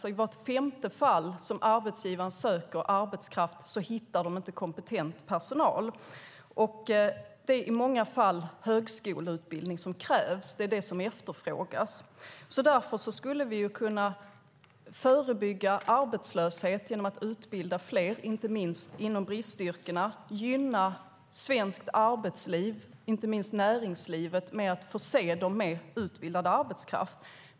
I vart femte fall som arbetsgivarna söker arbetskraft hittar de inte kompetent personal. Det är i många fall högskoleutbildning som krävs. Det är det som efterfrågas. Därför skulle vi kunna förebygga arbetslösheten genom att utbilda fler, inte minst inom bristyrkena, gynna svenskt arbetsliv och näringsliv genom att förse dem med utbildad arbetskraft.